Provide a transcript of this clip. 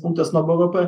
punktas nuo bvp